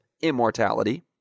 immortality